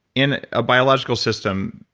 in a biological system,